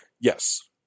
Yes